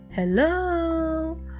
hello